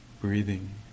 breathing